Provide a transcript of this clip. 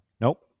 Nope